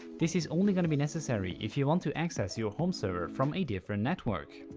this is only gonna be necessary if you want to access your home server from a different network.